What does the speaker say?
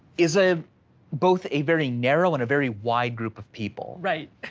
is a both a very narrow and a very wide group of people. right.